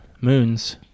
moons